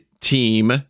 team